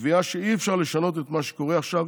הקביעה שאי-אפשר לשנות את מה שקורה עכשיו,